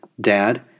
Dad